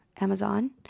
amazon